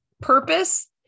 purpose